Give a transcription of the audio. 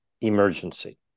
emergency